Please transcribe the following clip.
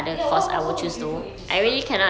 ya wha~ what what would you do if it's not